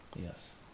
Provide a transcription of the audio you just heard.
yes